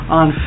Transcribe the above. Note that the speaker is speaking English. on